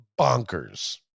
bonkers